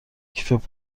کیف